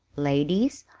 ladies,